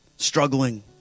struggling